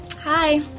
Hi